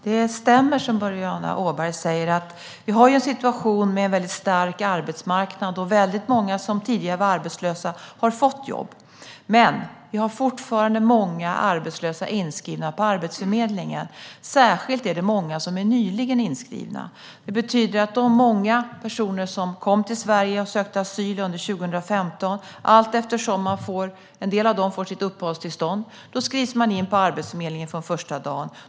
Herr talman! Det Boriana Åberg säger stämmer. Vi har en situation med en väldigt stark arbetsmarknad, och många som tidigare var arbetslösa har fått jobb. Men vi har fortfarande många arbetslösa inskrivna på Arbetsförmedlingen, särskilt många som är nyligen inskrivna. Det var många personer som kom till Sverige och sökte asyl under 2015. Allteftersom en del av dem får sitt uppehållstillstånd skrivs de in på Arbetsförmedlingen från första dagen.